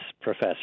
professor